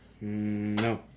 No